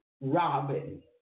robin